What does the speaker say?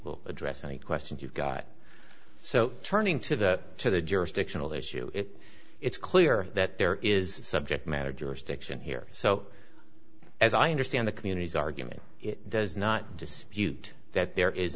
will address any questions you've got so turning to the to the jurisdictional issue it's clear that there is subject matter jurisdiction here so as i understand the community's argument it does not dispute that there is